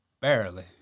Barely